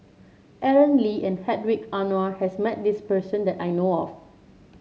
Aaron Lee and Hedwig Anuar has met this person that I know of